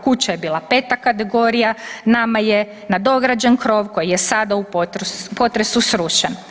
Kuća je bila 5 kategorija, nama je nadograđen krov koji je sada u potresu srušen.